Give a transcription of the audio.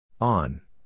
On